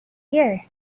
year